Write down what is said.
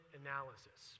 analysis